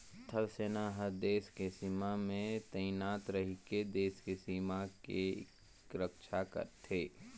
थल सेना हर देस के सीमा में तइनात रहिके देस के सीमा के रक्छा करथे